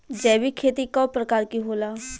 जैविक खेती कव प्रकार के होला?